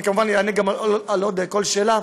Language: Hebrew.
אני כמובן אענה על כל שאלה,